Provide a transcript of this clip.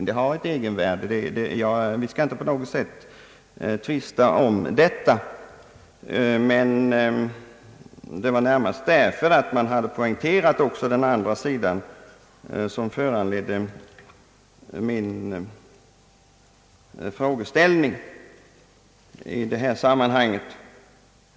Det har ett egenvärde; vi ska inte på något sätt tvista om det. Det var emellertid närmast detta att man starkt poängterat också den andra sidan som föranledde min frågeställning.